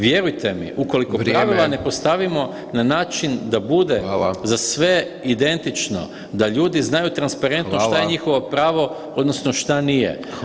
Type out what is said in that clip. Vjerujte mi, ukoliko pravila ne postavimo na način [[Upadica: Vrijeme.]] da bude za sve [[Upadica: Hvala.]] identično, da ljudi znaju transparentno što je njihovo pravo [[Upadica: Hvala.]] odnosno što nije.